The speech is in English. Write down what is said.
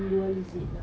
are you